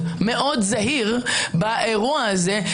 כשהיה פה הנשיא המנוח ויצמן- -- תן לציבור להחליט.